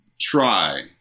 try